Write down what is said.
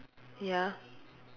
ya